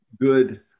good